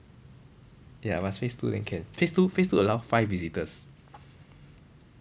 ya must phase two then can phase two phase two allow five visitors